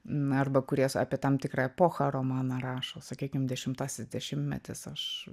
na arba kūrėjas apie tam tikrą epochą romaną rašo sakykim dešimtasis dešimtmetis aš